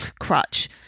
crutch